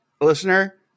listener